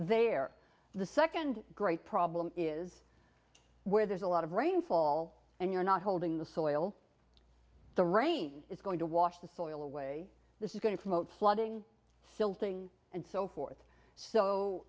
there the second great problem is where there's a lot of rainfall and you're not holding the soil the rain is going to wash the soil away this is going to promote flooding silting and so forth so